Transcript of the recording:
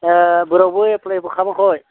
एह बोरावबो एप्लायबो खालामाखै